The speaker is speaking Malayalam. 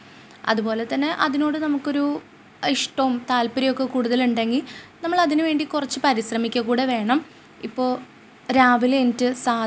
അതുപോലെ തന്നെ കുട്ടികൾക്ക് അമ്പലങ്ങളിലും അതുപോലെ തന്നെ ചെറിയ ചെറിയ വേദികളിലൊക്കെ ഡാൻസ് കളിക്കാനും അവസരം ലഭിച്ചിട്ടുണ്ട് അതൊക്കെ കാണുമ്പം എനിക്ക് വളരെ അധികം സന്തോഷം തോന്നിയിട്ടുണ്ട്